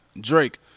Drake